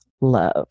love